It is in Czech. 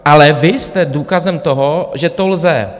Ale vy jste důkazem toho, že to lze.